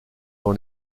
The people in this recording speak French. dans